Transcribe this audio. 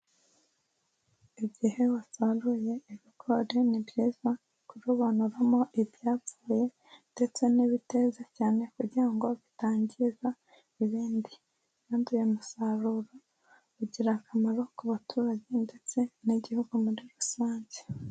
Igihe wasaruye ibigori ni byiza kurobanuramo ibyapfuye ndetse n'ibiteza cyane kugira ngo bitangiza ibindi, kandi uyu musaruro ugira akamaro ku baturage ndetse n'igihugu muri rusange.